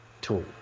tool